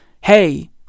hey